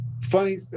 Funny